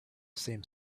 same